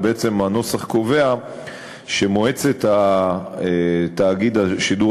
ובעצם הנוסח קובע שמועצת תאגיד השידור